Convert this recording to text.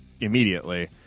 immediately